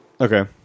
Okay